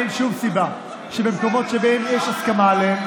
אין שום סיבה שבמקומות שיש הסכמה עליהם,